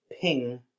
ping